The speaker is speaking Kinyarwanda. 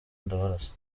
ndabarasa